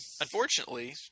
unfortunately